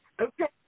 Okay